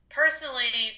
personally